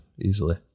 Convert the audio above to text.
easily